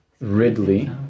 Ridley